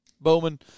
Bowman